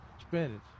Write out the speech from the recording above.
spinach